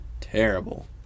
terrible